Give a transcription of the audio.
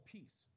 Peace